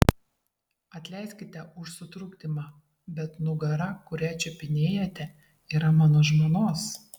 atleiskite už sutrukdymą bet nugara kurią čiupinėjate yra mano žmonos